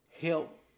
help